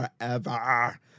forever